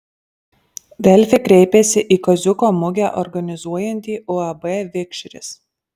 delfi kreipėsi į kaziuko mugę organizuojantį uab vikšris